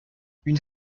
une